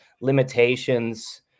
limitations